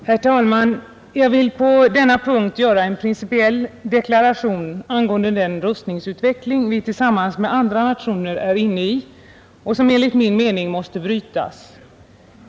Herr talman! Jag vill på denna punkt göra en principiell deklaration angående den rustningsutveckling vi tillsammans med andra nationer är inne i och som enligt min mening måste brytas.